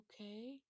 okay